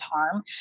harm